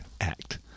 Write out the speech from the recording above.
Act